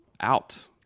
out